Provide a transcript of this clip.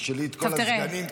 ותשאלי את כל הסגנים -- טוב,